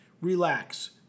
Relax